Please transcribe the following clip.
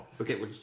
Okay